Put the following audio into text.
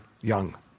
young